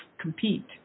compete